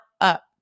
up